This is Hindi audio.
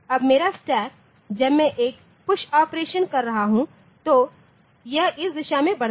अब मेरा स्टैक जब मैं एक पुश ऑपरेशन कर रहा हूं तो यह इस दिशा में बढ़ता है